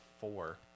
four